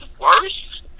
worse